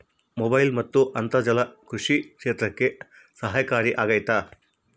Mobile ಮತ್ತು ಅಂತರ್ಜಾಲ ಕೃಷಿ ಕ್ಷೇತ್ರಕ್ಕೆ ಸಹಕಾರಿ ಆಗ್ತೈತಾ?